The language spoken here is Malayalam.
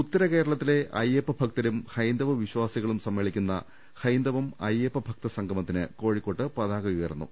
ഉത്തരകേരളത്തിലെ അയ്യപ്പഭക്തരും ഹൈന്ദവ വിശ്വാസികളും സമ്മേ ളിക്കുന്ന ഹൈന്ദവം അയ്യപ്പഭക്തസംഗമത്തിന് കോഴിക്കോട്ട് പതാക ഉയർന്നു